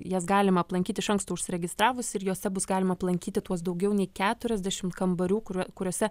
jas galima aplankyti iš anksto užsiregistravus ir jose bus galima aplankyti tuos daugiau nei keturiasdešim kambarių kuriuo kuriuose